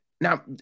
Now